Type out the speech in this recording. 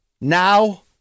now